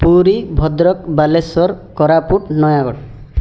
Puri Bhadrak Baleswar Koraput Nayagarh